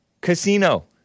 casino